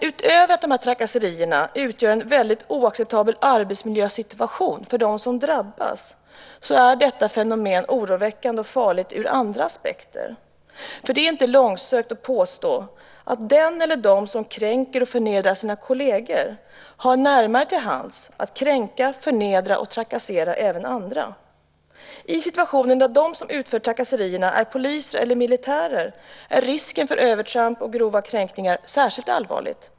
Utöver att dessa trakasserier utgör en oacceptabel arbetsmiljösituation för de som drabbas är detta fenomen oroväckande och farligt ur andra aspekter. Det är inte långsökt att påstå att den eller de som kränker och förnedrar sina kolleger har närmare till hands att kränka, förnedra och trakassera även andra. När de som utför trakasserierna är poliser eller militärer är risken för övertramp och grova kränkningar särskilt allvarlig.